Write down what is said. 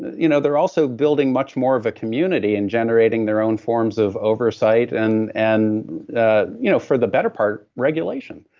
you know they're also building much more of a community and generating their own forms of oversight and and ah you know for the better part, regulation.